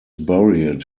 buried